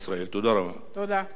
חבר הכנסת ישראל אייכלר,